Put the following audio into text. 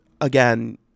again